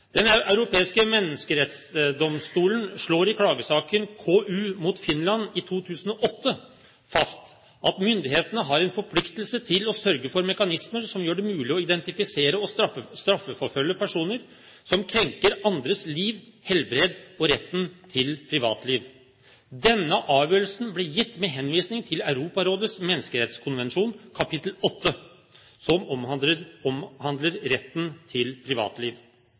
Den europeiske menneskerettighetsdomstol slår i klagesaken K.U. mot Finland i 2008 fast at myndighetene har en forpliktelse til å sørge for mekanismer som gjør det mulig å identifisere og straffeforfølge personer som krenker andres liv, helbred og retten til privatliv. Denne avgjørelsen ble gitt med henvisning til Den europeiske menneskerettskonvensjon artikkel 8, som omhandler retten til privatliv.